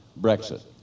Brexit